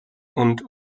und